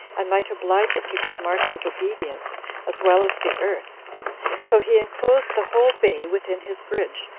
and might oblige it to give marks of obedience as well as the earth so he enclosed the whole bay within his bridge,